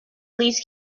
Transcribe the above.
least